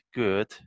good